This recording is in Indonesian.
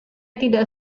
tidak